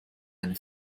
eine